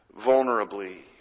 vulnerably